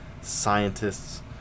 scientists